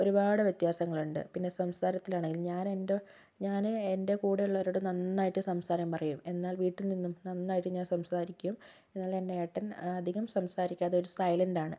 ഒരുപാട് വ്യത്യാസങ്ങളുണ്ട് പിന്നെ സംസാരത്തിൽ ആണെങ്കിലും ഞാൻ എൻ്റെ ഞാൻ എൻ്റെ കൂടെയുള്ളവരോട് നന്നായിട്ട് സംസാരം പറയും എന്നാൽ വീട്ടിൽ നിന്നും നന്നായിട്ട് ഞാൻ സംസാരിക്കും എന്നാൽ എൻ്റെ ഏട്ടൻ അധികം സംസാരിക്കാത്ത ഒരു സൈലൻറ് ആണ്